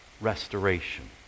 restoration